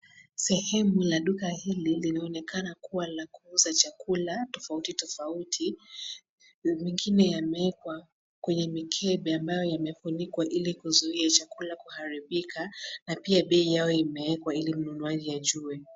Sehemu la duka hili linaonekana kuwa la kuuza chakula tofauti tofauti. Zingine yameekwa kwenye mikebe ambayo yamefunikwa ili kuzuia chakula kuharibika na pia bei yao imewekwa ili mnunuaji ajue.